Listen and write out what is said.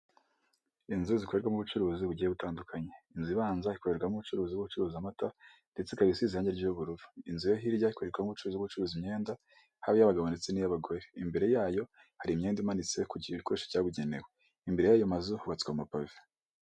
Inzu zikorwarwamo ubucuruzi bugiye butandukanye, inzu ibanza ikorerwamo abacuruzi bucuruza amata ndetse ikaba isize irange ry'ubururu. Inzu yo hirya ikorerwamo ubucuruzi bwo gucuruza imyenda haba iy'abagabo ndetse n'iy'abagore, imbere yayo hari imyenda imanitse ku gikoresho cyabugenewe, imbere y'ayo mazu hubatswe amapave.